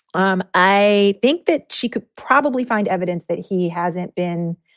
um i think that she could probably find evidence that he hasn't been,